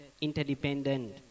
interdependent